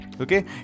okay